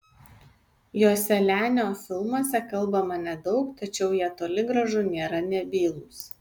joselianio filmuose kalbama nedaug tačiau jie toli gražu nėra nebylūs